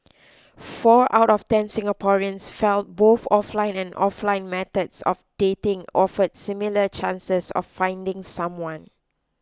four out of ten Singaporeans felt both offline and offline methods of dating offer similar chances of finding someone